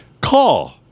Call